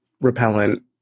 repellent